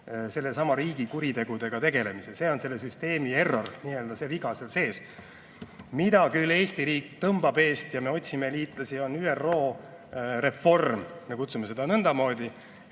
sellesama riigi kuritegudega tegelemise. See on selle süsteemierror, see viga seal sees. Mida küll Eesti riik tõmbab eest ja milles me otsime liitlasi, on ÜRO reform – me kutsume seda nõndamoodi